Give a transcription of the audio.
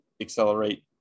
accelerate